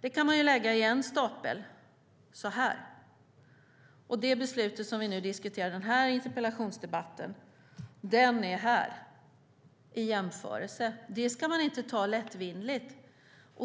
Det kan man lägga i en stapel, som blir hög. Och det beslut som vi nu diskuterar i interpellationsdebatten kan vi lägga i en annan stapel, som blir låg i en jämförelse. Detta ska man inte ta lättvindigt.